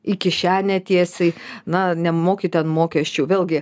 į kišenę tiesiai na nemoki ten mokesčių vėlgi